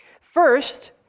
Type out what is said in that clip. First